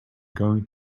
going